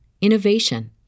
innovation